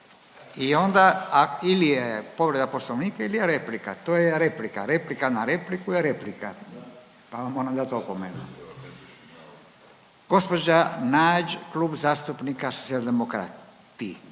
I onda ili je povreda Poslovnika ili je replika, to je replika. Replika na repliku je replika pa vam moram dati opomenu. Gđa Nađ, Kluba zastupnika Socijaldemokrati.